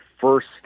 first